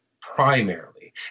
primarily